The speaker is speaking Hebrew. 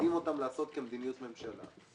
מעודדים אותם לעשות כמדיניות ממשלה.